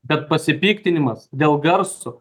bet pasipiktinimas dėl garso